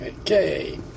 Okay